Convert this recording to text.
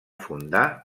fundar